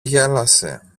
γέλασε